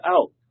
out